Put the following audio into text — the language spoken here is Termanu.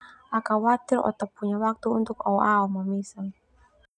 Au khawatir oh ta punya waktu untuk oh aom ma mesam.